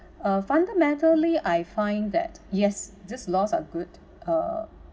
ah fundamentally I find that yes just laws are good uh